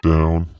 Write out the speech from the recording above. Down